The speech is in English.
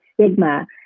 stigma